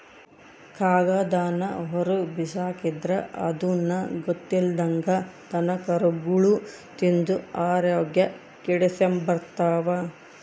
ಕಾಗದಾನ ಹೊರುಗ್ಬಿಸಾಕಿದ್ರ ಅದುನ್ನ ಗೊತ್ತಿಲ್ದಂಗ ದನಕರುಗುಳು ತಿಂದು ಆರೋಗ್ಯ ಕೆಡಿಸೆಂಬ್ತವ